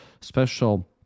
special